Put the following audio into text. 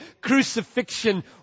crucifixion